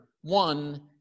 one